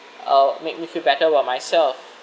uh make me feel better about myself